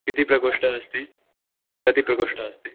कति प्रकोष्ठाः अस्ति कति प्रकोष्ठाः अस्ति